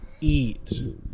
eat